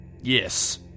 Yes